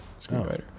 screenwriter